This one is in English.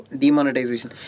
demonetization